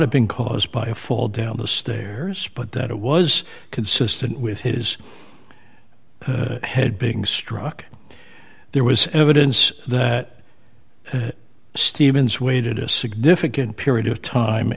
have been caused by a fall down the stairs but that it was consistent with his head being struck there was evidence that stevens waited a significant period of time